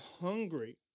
hungry